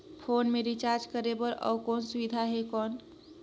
Phone मे recharge करे बर और कोनो सुविधा है कौन?